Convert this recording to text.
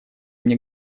мне